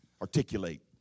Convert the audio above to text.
articulate